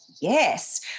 yes